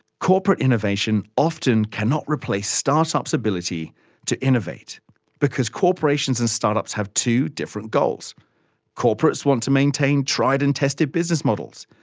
corporate innovation often cannot replace start-ups' ability to innovate because corporations and start-ups have two different goals corporates want to maintain tried and tested business models,